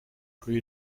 plus